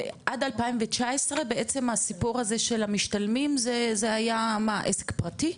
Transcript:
עד 2019 בעצם הסיפור הזה של המשתלמים זה היה מה עסק פרטי?